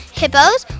hippos